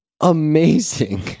Amazing